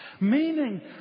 Meaning